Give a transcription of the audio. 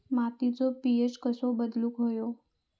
मातीचो पी.एच कसो बदलुक होयो?